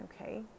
okay